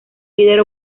líder